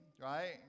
right